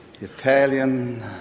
Italian